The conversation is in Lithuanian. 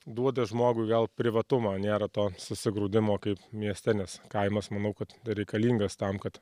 duoda žmogui gal privatumą nėra to susigrūdimo kaip mieste nes kaimas manau kad reikalingas tam kad